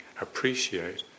appreciate